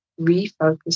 refocus